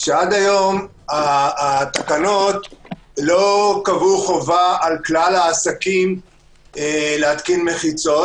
שעד היום התקנות לא קבעו חובה על כלל העסקים להתקין מחיצות,